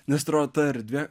nes atrodo ta erdvė